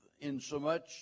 insomuch